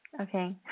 Okay